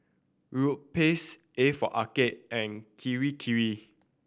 Europace A for Arcade and Kirei Kirei